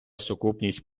сукупність